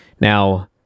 Now